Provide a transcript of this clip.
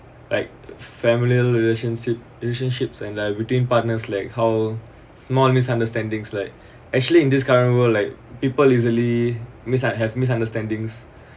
like family relationship relationships and everything partners like how small misunderstandings like actually in this current world like people easily mis~ ah have misunderstandings